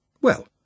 Well